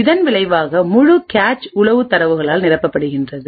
இதன் விளைவாக முழு கேச் உளவு தரவுகளால் நிரப்பப்படுகிறது